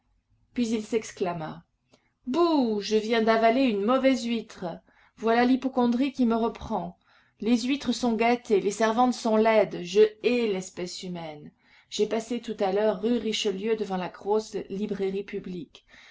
puis il s'exclama bouh je viens d'avaler une mauvaise huître voilà l'hypocondrie qui me reprend les huîtres sont gâtées les servantes sont laides je hais l'espèce humaine j'ai passé tout à l'heure rue richelieu devant la grosse librairie publique